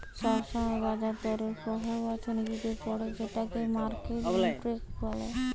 সব সময় বাজার দরের প্রভাব অর্থনীতিতে পড়ে যেটোকে মার্কেট ইমপ্যাক্ট বলে